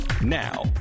Now